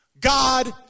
God